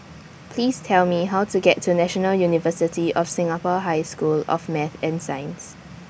Please Tell Me How to get to National University of Singapore High School of Math and Science